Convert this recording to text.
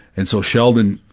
and so sheldon,